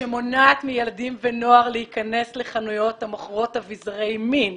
שמונעת מילדים ונוער להיכנס לחנויות המוכרות אביזרי מין.